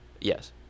Yes